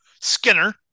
Skinner